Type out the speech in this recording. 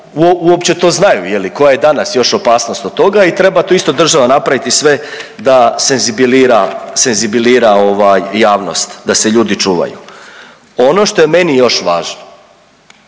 uopće to znaju je li koja je danas još opasnost od toga i treba tu isto država napraviti sve da senzibilira, senzibilira ovaj javnost, da se ljudi čuvaju. Ono što je meni još važno,